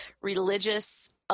religious